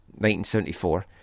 1974